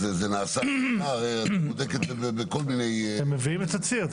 אז זה נעשה --- בודקת את זה בכל מיני --- הם מביאים תצהיר.